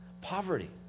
poverty